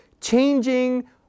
changing